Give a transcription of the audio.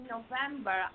November